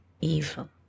evil